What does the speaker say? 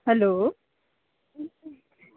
hello